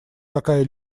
какая